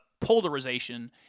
polarization